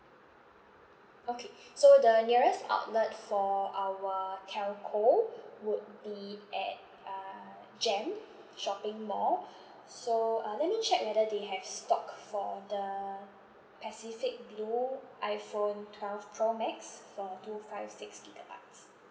okay so the nearest outlet for our telco would be at uh jem shopping mall so uh let me check whether they have stock for the pacific blue iPhone twelve pro max for two five six gigabytes